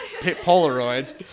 Polaroids